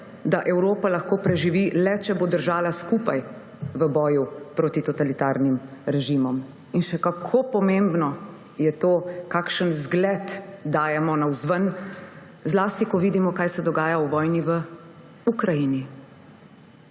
da Evropa lahko preživi le, če bo držala skupaj v boju proti totalitarnim režimom. In še kako pomembno je to, kakšen zgled dajemo navzven, zlasti ko vidimo, kaj se dogaja v vojni v Ukrajini.